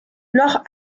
noch